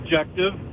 objective